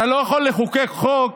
אתה לא יכול לחוקק חוק